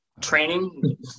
Training